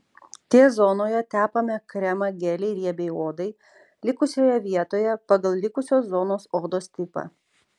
t zonoje tepame kremą gelį riebiai odai likusioje vietoje pagal likusios zonos odos tipą